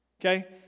Okay